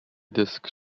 disc